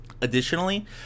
Additionally